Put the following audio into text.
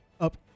up